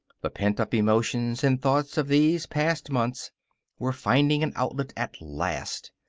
the pent-up emotions and thoughts of these past months were finding an outlet at last.